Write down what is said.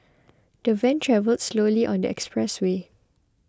the van travelled slowly on the expressway